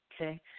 okay